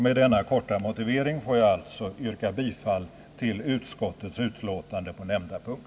Med denna korta motivering ber jag att få yrka bifall till utskottets hemställan vid denna punkt.